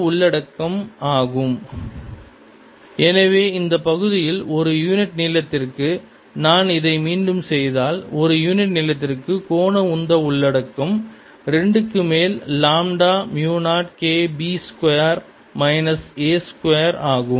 2πsds0K2π எனவே இந்தப் பகுதியில் ஒரு யூனிட் நீளத்திற்கு நான் இதை மீண்டும் செய்தால் ஒரு யூனிட் நீளத்திற்கு கோண உந்த உள்ளடக்கம் 2 க்கு மேலே lambda mu 0 K b square minus a square ஆகும்